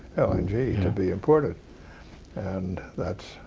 l n g, to be imported and that's